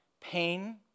pain